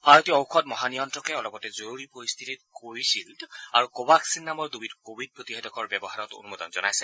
ভাৰতীয় ঔষধ মহানিয়ন্ত্ৰকে অলপতে জৰুৰী পৰিস্থিতিত কোৱিশিল্ড আৰু কোৱাক্সিন নামৰ দুবিধ কোৱিড প্ৰতিষেধকৰ ব্যৱহাৰত অনুমোদন জনাইছে